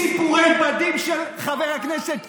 סיפורי בדים של חבר הכנסת קיש,